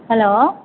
hello